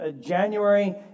January